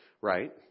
right